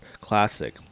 classic